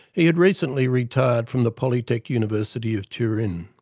he had recently retired from the polytechnic university of turin.